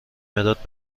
مداد